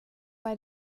bei